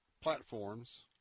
platforms